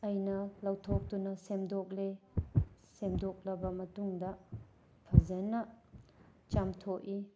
ꯑꯩꯅ ꯂꯧꯊꯣꯛꯇꯨꯅ ꯁꯦꯝꯗꯣꯛꯂꯦ ꯁꯦꯝꯗꯣꯛꯂꯕ ꯃꯇꯨꯡꯗ ꯐꯖꯅ ꯆꯥꯝꯊꯣꯛꯏ